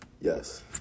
Yes